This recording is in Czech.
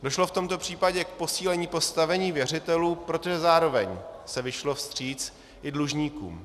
Došlo v tomto případě k posílení postavení věřitelů, protože zároveň se vyšlo vstříc i dlužníkům.